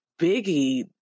Biggie